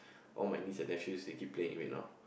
all my niece and nephew they keep playing with it now